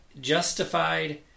justified